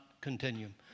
continuum